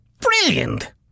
Brilliant